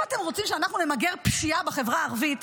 אם אתם רוצים שאנחנו נמגר פשיעה בחברה הערבית,